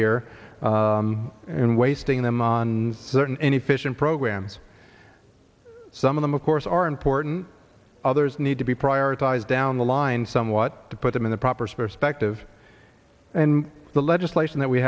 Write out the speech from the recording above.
here and wasting them on certain any fission programs some of them of course are important others need to be prioritized down the line somewhat to put them in the proper sphere specht of and the legislation that we